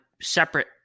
separate